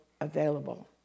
available